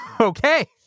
okay